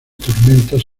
tormentas